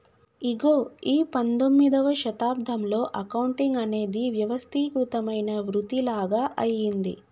ఇగో ఈ పందొమ్మిదవ శతాబ్దంలో అకౌంటింగ్ అనేది వ్యవస్థీకృతమైన వృతిలాగ అయ్యింది